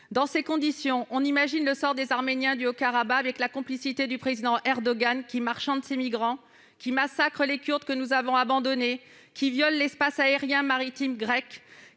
Dans ces conditions, on imagine le sort réservé aux Arméniens du Haut-Karabakh, avec la complicité du président Erdogan. Erdogan qui marchande ses migrants, massacre les Kurdes, que nous avons abandonnés, viole les espaces aérien et maritime grecs,